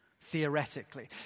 theoretically